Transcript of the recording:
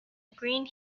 green